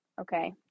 Okay